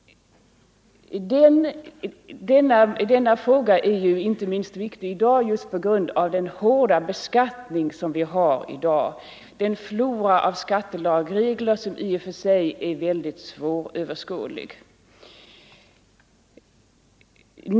Denna fråga är inte minst viktig just på grund av den hårda beskattning som sker i dag, den flora av skattelagregler som finns och som i och för sig är svåröverskådlig.